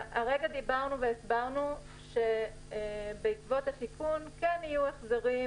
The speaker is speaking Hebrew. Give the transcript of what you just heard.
הרגע דיברנו והסברנו שבעקבות התיקון יהיו החזרים